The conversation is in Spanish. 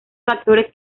factores